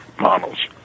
models